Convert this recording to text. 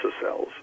cells